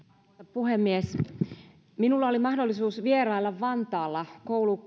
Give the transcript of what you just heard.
puhemies minulla oli mahdollisuus vierailla vantaalla